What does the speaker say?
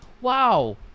Wow